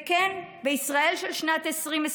וכן, בישראל של שנת 2022,